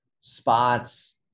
spots